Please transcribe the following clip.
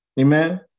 amen